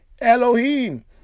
Elohim